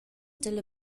dalla